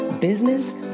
business